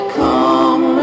come